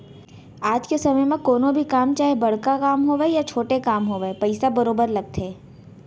आज के समे म कोनो भी काम चाहे बड़का काम होवय या छोटे काम होवय पइसा बरोबर लगथे